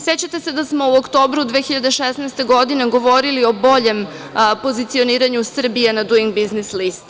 Sećate se da smo u oktobru 2016. godine govorili o boljem pozicioniranju Srbije na Duing biznis listi.